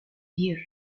year